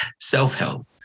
self-help